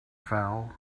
foul